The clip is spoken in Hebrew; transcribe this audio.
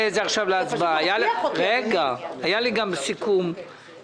נכנס לפרויקט של נתיב מהיר בכביש חמש.